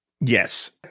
Yes